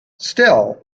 still